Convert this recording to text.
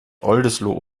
oldesloe